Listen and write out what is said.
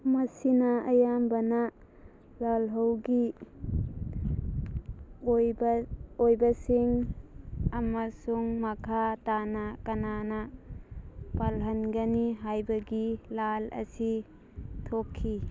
ꯃꯁꯤꯅ ꯑꯌꯥꯝꯕꯅ ꯂꯥꯜꯍꯧꯒꯤ ꯑꯣꯏꯕ ꯑꯣꯏꯕꯁꯤꯡ ꯑꯃꯁꯨꯡ ꯃꯈꯥ ꯇꯥꯅ ꯀꯅꯥꯅ ꯄꯥꯜꯍꯟꯒꯅꯤ ꯍꯥꯏꯕꯒꯤ ꯂꯥꯜ ꯑꯁꯤ ꯊꯣꯛꯈꯤ